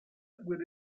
with